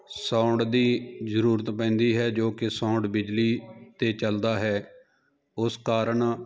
sound ਦੀ ਜ਼ਰੂਰਤ ਪੈਂਦੀ ਹੈ ਜੋ ਕਿ ਸਾਊਂਡ ਬਿਜਲੀ 'ਤੇ ਚੱਲਦਾ ਹੈ ਉਸ ਕਾਰਨ